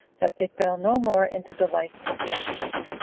that they fell no more into the like offenses.